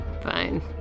Fine